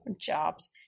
jobs